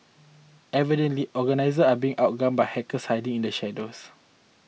evidently organisations are being outgunned by hackers hiding in the shadows